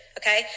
okay